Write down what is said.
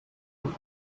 von